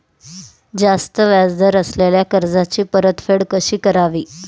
जास्त व्याज दर असलेल्या कर्जाची परतफेड कशी करावी?